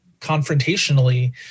confrontationally